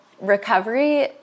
recovery